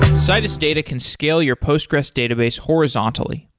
citus data can scale your postgres database horizontally.